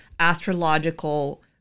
astrological